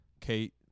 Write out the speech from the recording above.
Kate